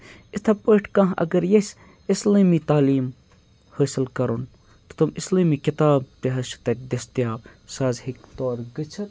یِتھَے پٲٹھۍ کانٛہہ اگر ییٚژھِ اِسلٲمی تٲلیٖم حٲصِل کَرُن تہٕ تِم اِسلٲمی کِتاب تہِ حظ چھِ تَتہِ دٔستِیاب سُہ حظ ہیٚکہِ تورٕ گٔژھِتھ